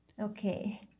Okay